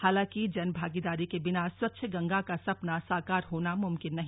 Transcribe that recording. हालांकि जनभागीदारी के बिना स्वच्छ गंगा का सपना साकार होना मुमकिन नहीं